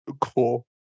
cool